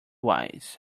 wise